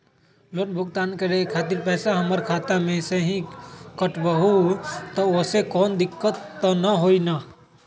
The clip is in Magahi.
लोन भुगतान करे के खातिर पैसा हमर खाता में से ही काटबहु त ओसे कौनो दिक्कत त न होई न?